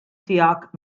tiegħek